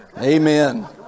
Amen